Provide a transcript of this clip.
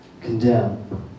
condemn